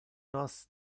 nos